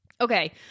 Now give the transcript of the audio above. Okay